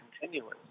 continuous